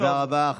תודה רבה.